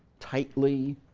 tightly